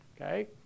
Okay